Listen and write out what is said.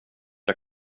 jag